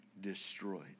destroyed